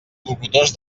locutors